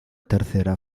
tercera